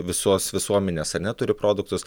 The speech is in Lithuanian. visos visuomenės ar ne turi produktus